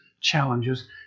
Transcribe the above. challenges